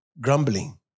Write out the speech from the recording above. grumbling